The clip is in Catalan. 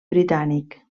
britànic